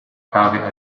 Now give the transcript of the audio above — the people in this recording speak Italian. cave